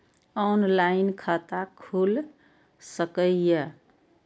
Online खाता खुल सके ये?